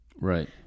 Right